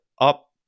up